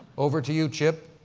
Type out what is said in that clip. over to you, chip.